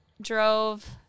drove